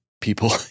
people